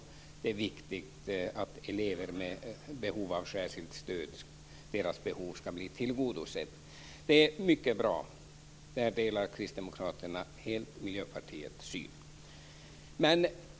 Det är viktigt att man tillgodoser behoven hos barn som behöver särskilt stöd. Det är mycket bra. Där delar kristdemokraterna helt Miljöpartiets syn.